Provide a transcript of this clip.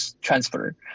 transfer